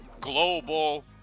global